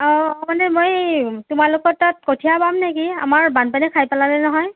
অ মানে মই তোমালোকৰ তাত কঠীয়া পাম নেকি আমাৰ বানপানীয়ে খাই পেলালে নহয়